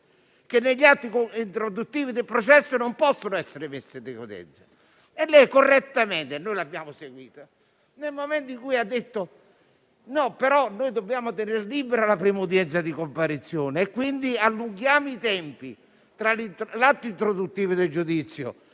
Negli atti introduttivi del processo non possono essere messe decadenze. Lei correttamente - noi l'abbiamo seguita - ha detto che dobbiamo tenere libera la prima udienza di comparizione e, quindi, allungare i tempi per l'atto introduttivo del giudizio